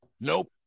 Nope